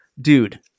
Dude